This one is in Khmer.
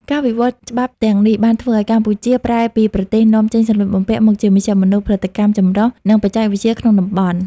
ការវិវត្តនៃច្បាប់ទាំងនេះបានធ្វើឱ្យកម្ពុជាប្រែពីប្រទេសនាំចេញសម្លៀកបំពាក់ មកជាមជ្ឈមណ្ឌលផលិតកម្មចម្រុះ និងបច្ចេកវិទ្យាក្នុងតំបន់។